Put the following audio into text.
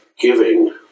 giving